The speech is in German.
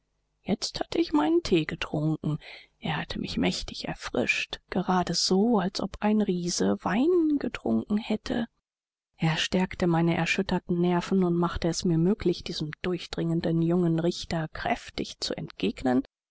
jetzt hatte ich meinen thee getrunken er hatte mich mächtig erfrischt gerade so als ob ein riese wein getrunken hätte er stärkte meine erschütterten nerven und machte es mir möglich diesem durchdringenden jungen richter kräftig zu entgegnen